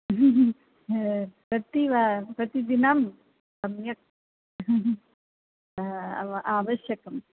प्रति वा प्रतिदिनं सम्यक् अव आवश्यकं